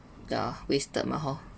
ah wasted mah hor